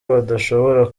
badashobora